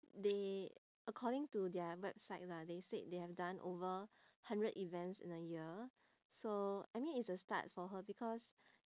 they according to their website lah they said they have done over hundred events in a year so I mean it's a start for her because